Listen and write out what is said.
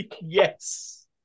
Yes